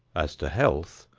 as to health,